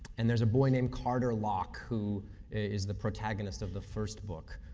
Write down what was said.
and there's a boy named carter locke, who is the protagonist of the first book.